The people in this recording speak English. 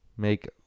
make